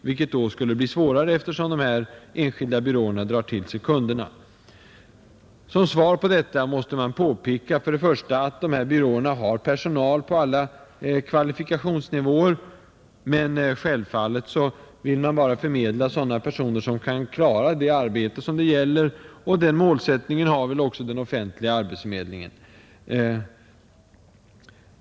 Detta skulle då bli svårare eftersom de enskilda byråerna drar till sig kunderna, Som svar på detta kan påpekas att dessa byråer har personal på alla kvalifikationsnivåer. Men självfallet vill de bara förmedla sådana personer som kan utföra de arbeten det gäller. Den målsättningen har väl också den offentliga arbetsförmedlingen?